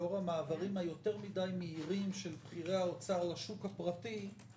לאור המעברים היותר מדי מהירים של בכירי האוצר לשוק הפרטי,